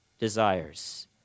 desires